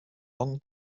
long